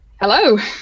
Hello